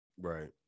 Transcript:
Right